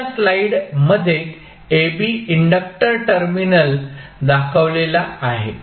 पुढच्या स्लाइड मध्ये AB inductor terminal दाखवलेला आहे